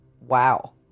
wow